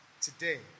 today